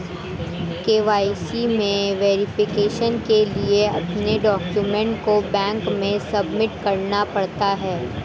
KYC में verification के लिए अपने डाक्यूमेंट को बैंक में सबमिट करना पड़ता है